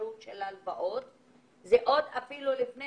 עוד לפני